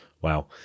Wow